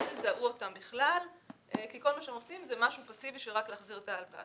אל תזהו אותם בכלל כי כל מה שהם עושים זה משהו פסיבי של החזר הלוואה.